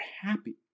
happy